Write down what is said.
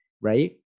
right